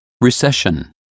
recession